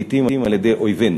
ולעתים על-ידי אויבינו,